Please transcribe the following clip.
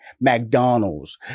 McDonald's